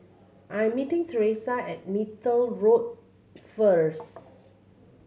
I'm meeting Teresa at Neythal Road first